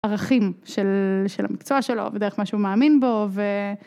ערכים של המקצוע שלו ודרך מה שהוא מאמין בו.